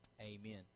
amen